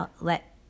let